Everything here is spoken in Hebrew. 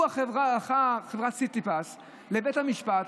חברת סיטיפס הלכה לבית המשפט